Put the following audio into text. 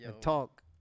Talk